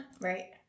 right